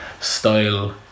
style